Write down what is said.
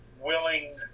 willing